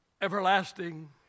everlasting